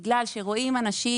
בגלל שרואים אנשים